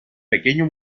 pequeño